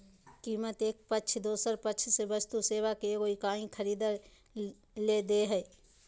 कीमत एक पक्ष दोसर पक्ष से वस्तु सेवा के एगो इकाई खरीदय ले दे हइ